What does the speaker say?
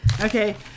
Okay